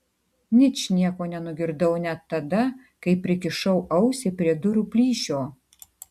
ničnieko nenugirdau net tada kai prikišau ausį prie durų plyšio